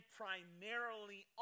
primarily